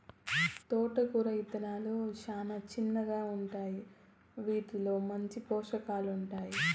తోటకూర ఇత్తనాలు చానా చిన్నగా ఉంటాయి, వీటిలో మంచి పోషకాలు ఉంటాయి